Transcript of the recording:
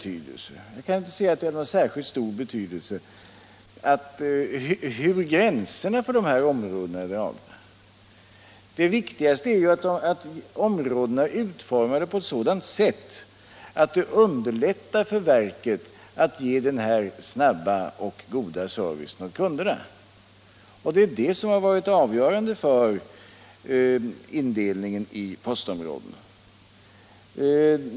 Jag kan inte finna att det har någon särskilt stor betydelse hur gränserna för områdena är dragna. Det viktigaste är väl att områdena är utformade på ett sådant sätt att det underlättar för verket att ge en snabb och god service åt kunderna. Det är detta som har varit avgörande för postområdesindelningen.